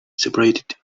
separated